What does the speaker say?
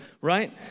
right